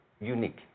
unique